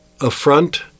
affront